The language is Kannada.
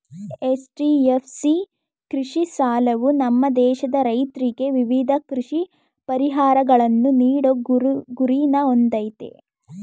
ಎಚ್.ಡಿ.ಎಫ್.ಸಿ ಕೃಷಿ ಸಾಲವು ನಮ್ಮ ದೇಶದ ರೈತ್ರಿಗೆ ವಿವಿಧ ಕೃಷಿ ಪರಿಹಾರಗಳನ್ನು ನೀಡೋ ಗುರಿನ ಹೊಂದಯ್ತೆ